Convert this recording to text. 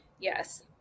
Yes